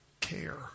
care